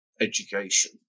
education